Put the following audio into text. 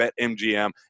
BetMGM